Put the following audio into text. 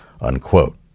unquote